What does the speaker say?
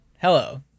Hello